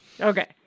Okay